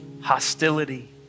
hostility